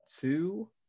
two